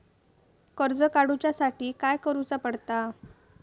कर्ज काडूच्या साठी काय करुचा पडता?